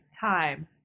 time